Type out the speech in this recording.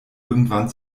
irgendwann